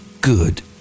good